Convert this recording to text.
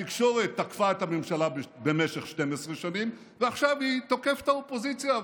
התקשורת תקפה את הממשלה במשך 12 שנים ועכשיו היא תוקפת את האופוזיציה,